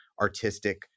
artistic